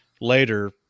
later